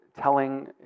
telling